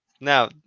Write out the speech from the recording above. now